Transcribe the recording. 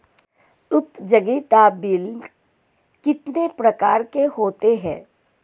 उपयोगिता बिल कितने प्रकार के होते हैं?